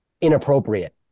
inappropriate